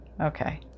Okay